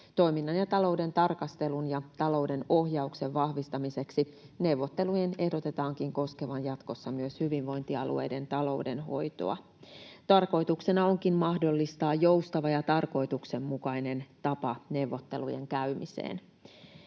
Toiminnan ja talouden tarkastelun ja talouden ohjauksen vahvistamiseksi neuvottelujen ehdotetaan koskevan jatkossa myös hyvinvointialueiden taloudenhoitoa. Tarkoituksena on mahdollistaa joustava ja tarkoituksenmukainen tapa neuvottelujen käymiseen.